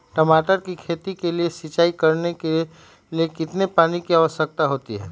टमाटर की खेती के लिए सिंचाई करने के लिए कितने पानी की आवश्यकता होती है?